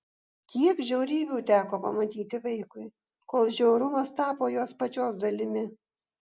kiek žiaurybių teko pamatyti vaikui kol žiaurumas tapo jos pačios dalimi